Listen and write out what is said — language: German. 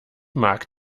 mag